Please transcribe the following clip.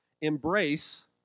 embrace